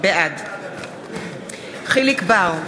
בעד יחיאל חיליק בר,